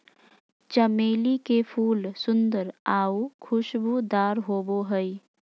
चमेली के फूल सुंदर आऊ खुशबूदार होबो हइ